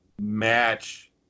match